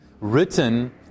written